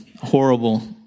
horrible